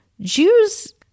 Jews